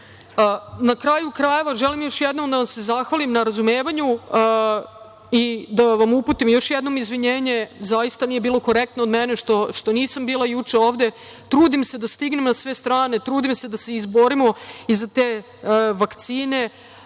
kraju krajeva, želim još jednom da vam se zahvalim na razumevanju i da vam uputim još jednom izvinjenje. Zaista nije bilo korektno od mene što nisam bila juče ovde. Trudim se da stignem na sve strane. Trudim se da se izborimo i za te vakcine,